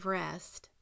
rest